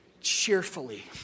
Cheerfully